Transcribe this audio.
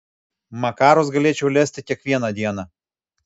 makarus galėčiau lesti kiekvieną dieną